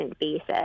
basis